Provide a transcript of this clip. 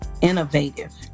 Innovative